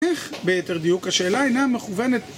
איך ביתר דיוק השאלה אינה מכוונת